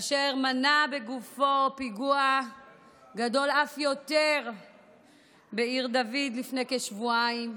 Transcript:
אשר מנע בגופו פיגוע גדול אף יותר בעיר דוד לפני כשבועיים,